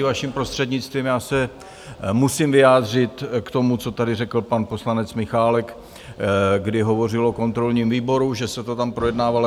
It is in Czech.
Vaším prostřednictvím, já se musím vyjádřit k tomu, co tady řekl pan poslanec Michálek, kdy hovořil o kontrolním výboru, že se to tam projednávalo.